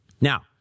Now